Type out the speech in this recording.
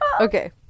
Okay